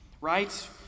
right